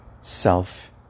self